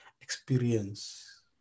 experience